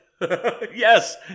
Yes